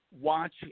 watch